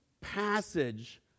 passage